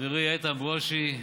חברי איתן ברושי,